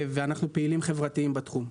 אנחנו פעילים חברתיים בתחום.